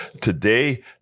today